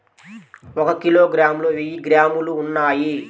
ఒక కిలోగ్రామ్ లో వెయ్యి గ్రాములు ఉన్నాయి